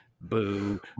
Boo